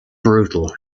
brutal